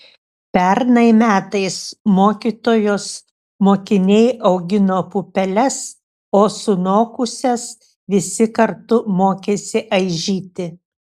pernai metais mokytojos mokiniai augino pupeles o sunokusias visi kartu mokėsi aižyti